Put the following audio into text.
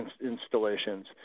installations